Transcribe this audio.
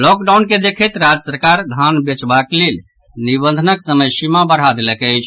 lockdown के देखैत राज्य सरकार धान बेचबाक लेल निबंधनक समय सीमा बढ़ा देलक अछि